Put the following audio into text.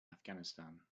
afghanistan